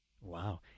wow